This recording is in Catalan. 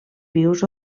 vius